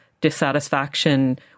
dissatisfaction